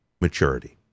maturity